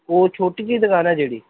ਉਹ ਛੋਟੀ ਜਿਹੀ ਦੁਕਾਨ ਹੈ ਜਿਹੜੀ